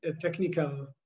technical